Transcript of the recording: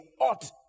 ought